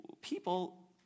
people